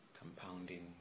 compounding